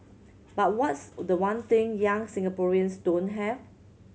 but what's the one thing young Singaporeans don't have